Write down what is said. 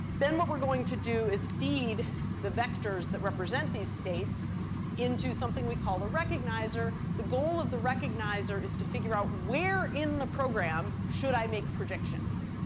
then what we're going to do is feed the vectors that represent these states into something we call a recognizer. the goal of the recognizer is to figure out where in the program should i make predictions.